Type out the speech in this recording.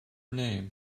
name